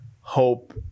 hope